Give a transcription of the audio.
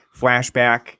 flashback